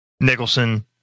Nicholson